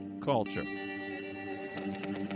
culture